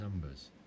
Numbers